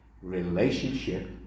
relationship